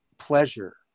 pleasure